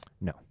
No